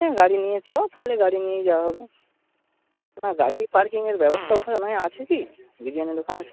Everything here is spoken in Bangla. হুম গাড়ি নিয়ে চল তাহলে গাড়ি নিয়েই যাওয়া হবে হ্যাঁ গাড়ি পার্কিংয়ের ব্যবস্থা ওখানে মানে আছে কি বিরিয়ানির ওখানে